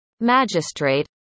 magistrate